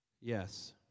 Yes